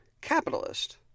capitalist